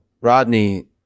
Rodney